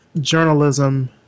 journalism